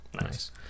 Nice